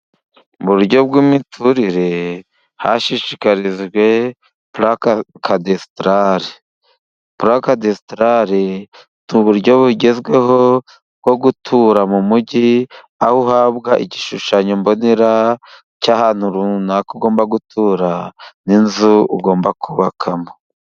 Mu buryo bw'imiturire hashishikarijwe pula kadesitarali, pula kadesitarali ni uburyo bugezweho bwo gutura mu mujyi, aho uhabwa igishushanyo mbonera cy'ahantu runaka ugomba gutura, n'inzu ugomba kubakamo.